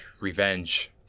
revenge